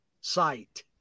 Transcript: sight